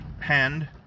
hand